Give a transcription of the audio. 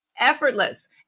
effortless